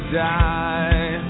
die